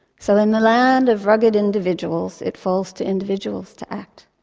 so in the land of rugged individuals, it falls to individuals to act.